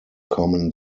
common